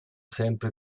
sempre